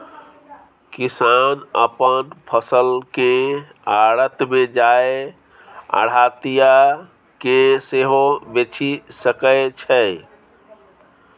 किसान अपन फसल केँ आढ़त मे जाए आढ़तिया केँ सेहो बेचि सकै छै